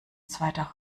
zweiter